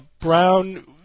Brown